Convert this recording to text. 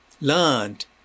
learned